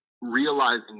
realizing